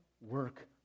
work